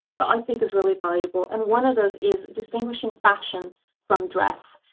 but i think is really valuable. and one of those is distinguishing fashion from dress.